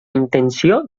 intenció